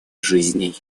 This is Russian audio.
жизней